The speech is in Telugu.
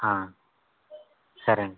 సరేండి